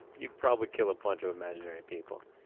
you'd probably kill a bunch of imaginary people.